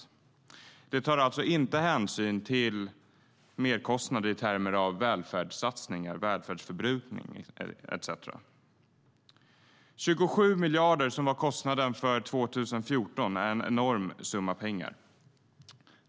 Det tar alltså inte hänsyn till merkostnader i termer av välfärdssatsningar, välfärdsförbrukning etcetera. De 27 miljarder som var kostnaden för 2014 är en enorm summa pengar.